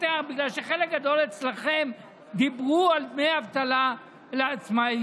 בגלל שחלק גדול אצלכם דיברו על דמי אבטלה לעצמאים.